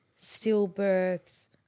stillbirths